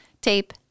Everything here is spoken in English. tape